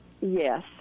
Yes